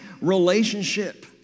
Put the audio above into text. relationship